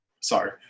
sorry